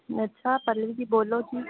अच्छा पल्लवी जी बोल्लो जी